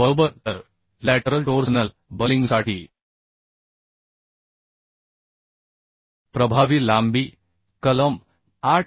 बरोबर तर lateral torsional बकलिंगसाठी प्रभावी लांबी कलम 8